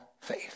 faith